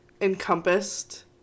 encompassed